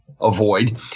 avoid